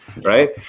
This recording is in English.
Right